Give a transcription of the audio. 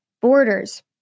borders